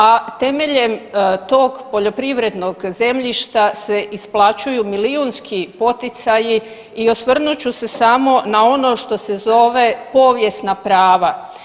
A temeljem tog poljoprivrednog zemljišta se isplaćuju milijunski poticaji i osvrnut ću se samo na ono što se zove povijesna prava.